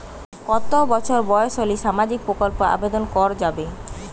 কত বছর বয়স হলে সামাজিক প্রকল্পর আবেদন করযাবে?